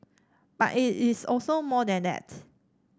but it is also more than that